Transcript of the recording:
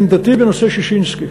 עמדתי בנושא ששינסקי,